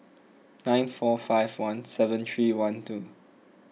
nine four five one seven three one two